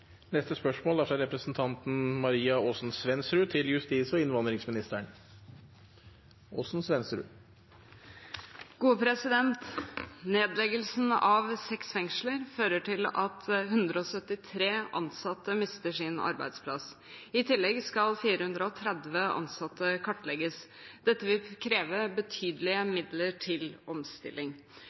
av seks fengsler fører til at 173 ansatte mister sin arbeidsplass. I tillegg skal 430 ansatte kartlegges. Dette vil kreve betydelige midler til omstilling.